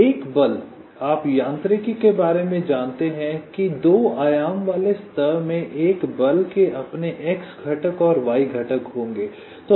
तो एक बल आप यांत्रिकी के बारे में जानते हैं कि दो आयाम वाले सतह में एक बल के अपने x घटक और y घटक होंगे